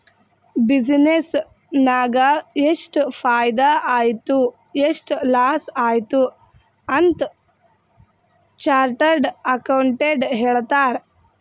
business ನಾಗ್ ಎಷ್ಟ ಫೈದಾ ಆಯ್ತು ಎಷ್ಟ ಲಾಸ್ ಆಯ್ತು ಅಂತ್ ಚಾರ್ಟರ್ಡ್ ಅಕೌಂಟೆಂಟ್ ಹೇಳ್ತಾರ್